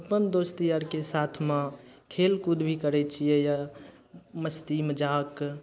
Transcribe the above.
अपन दोस्त यारके साथमे खेलकूद भी करय छियै यऽ मस्तीमे जा कऽ